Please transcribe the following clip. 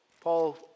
Paul